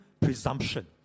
presumption